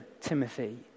Timothy